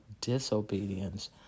disobedience